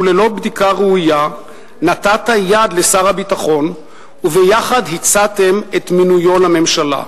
וללא בדיקה ראויה נתת יד לשר הביטחון וביחד הצעתם את מינויו לממשלה.